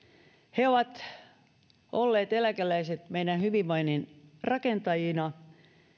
he ovat olleet eläkeläiset meidän hyvinvoinnin rakentajina